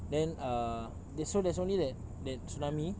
then err there's so there's only that that tsunami